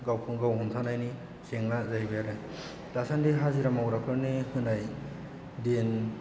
गावखौनो गाव हमथानायनि जेंना जाहैबाय आरो दासान्दि हाजिरा मावग्राफोरनि होनाय दिन